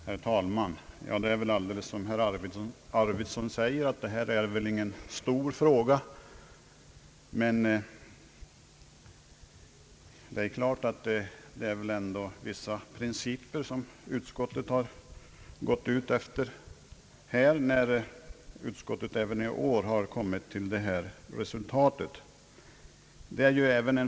Herr talman! Detta är väl, som herr Arvidson säger, ingen stor fråga, men det är klart att utskottet ändå har gått efter vissa principer, när man även i år har kommit till ett avstyrkande.